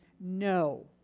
No